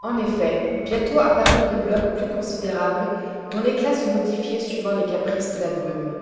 en effet bientôt apparurent des blocs plus considérables dont l'éclat se modifiait suivant les caprices de la brume